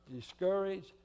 discouraged